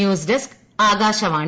news desk Akashvani